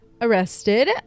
arrested